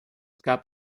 gab